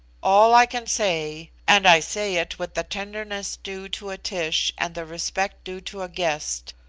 all i can say, and i say it with the tenderness due to a tish, and the respect due to a guest,